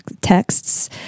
texts